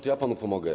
To ja panu pomogę.